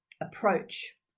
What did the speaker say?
approach